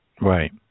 Right